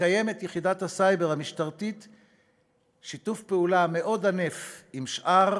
מקיימת יחידת הסייבר המשטרתית שיתוף פעולה מאוד ענף עם שאר